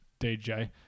DJ